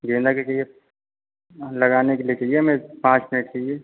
गेंदा के चाहिए हं लगाने के लिए चाहिए हमें पाँच पेड़ चाहिए